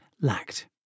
lacked